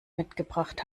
mitgebracht